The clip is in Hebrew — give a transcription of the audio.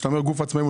כשאתה אומר גוף עצמאי,